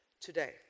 today